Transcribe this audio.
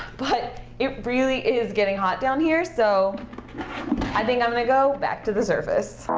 but it really is getting hot down here. so i think i'm going to go back to the surface.